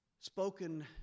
spoken